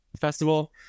festival